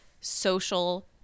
social